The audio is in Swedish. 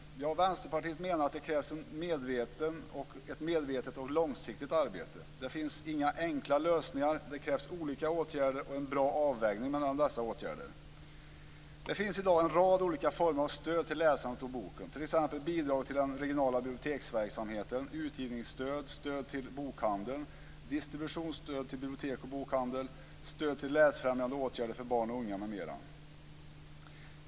Vänsterpartiet menar att det krävs ett medvetet och långsiktigt arbete. Det finns inga enkla lösningar. Det krävs olika åtgärder och en bra avvägning mellan dessa åtgärder. Det finns i dag en rad olika former av stöd till läsandet och boken, t.ex. bidrag till den regionala biblioteksverksamheten, utgivningsstöd, stöd till bokhandeln, distributionsstöd till bibliotek och bokhandel, stöd till läsfrämjande åtgärder för barn och unga m.m.